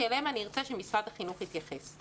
שעליהן אני ארצה שמשרד החינוך התייחס.